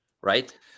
right